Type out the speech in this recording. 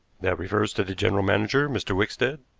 that refers to the general manager, mr. wickstead,